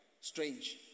strange